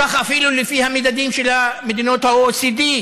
ככה אפילו לפי המדדים של מדינות ה-OECD.